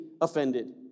offended